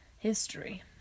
history